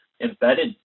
embedded